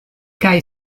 kaj